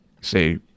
say